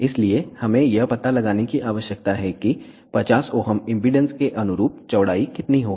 इसलिए हमें यह पता लगाने की आवश्यकता है कि 50 Ω इम्पीडेन्स के अनुरूप चौड़ाई कितनी होगी